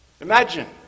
Imagine